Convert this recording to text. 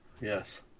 Yes